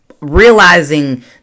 Realizing